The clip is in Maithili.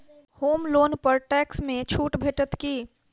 होम लोन पर टैक्स मे छुट भेटत की